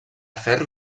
ferro